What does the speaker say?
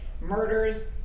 murders